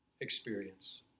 experience